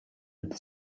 with